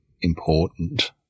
important